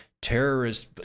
terrorist